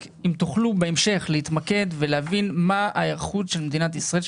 רק אם תוכלו בהמשך להתמקד ולהבין מה ההיערכות של מדינת ישראל,